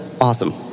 Awesome